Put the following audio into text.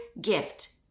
gift